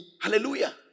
hallelujah